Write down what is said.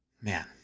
Man